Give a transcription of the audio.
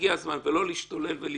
וכשיגיע הזמן, זה לא להשתולל ולצעוק.